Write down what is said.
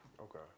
Okay